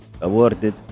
awarded